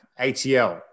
ATL